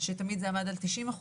שתמיד זה עמד על 90%,